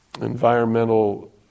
environmental